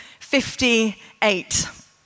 58